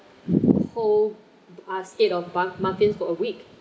whole basket of muff~ muffins for a week